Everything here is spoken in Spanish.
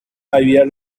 había